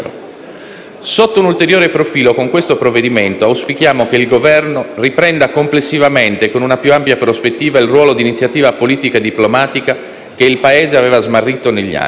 Sotto un ulteriore profilo, con questo provvedimento auspichiamo che il Governo riprenda complessivamente e con una più ampia prospettiva il ruolo di iniziativa politica e diplomatica che il Paese aveva smarrito negli anni,